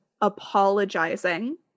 apologizing